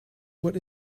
what